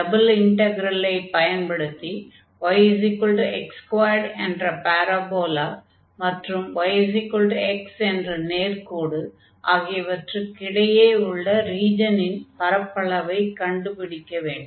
double இன்டக்ரலை பயன்படுத்தி yx2 என்ற பாரபோலா மற்றும் yx என்ற நேர்க்கோடு ஆகியவற்றுக்கு இடையே உள்ள ரீஜனின் பரப்பளவைக் கண்டுபிடிக்க வேண்டும்